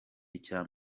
icya